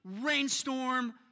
rainstorm